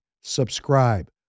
subscribe